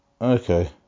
okay